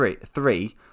three